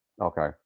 Okay